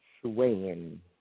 swaying